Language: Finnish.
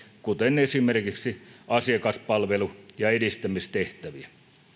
kuten asiakaspalvelu ja edistämistehtäviä